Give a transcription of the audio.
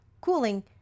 cooling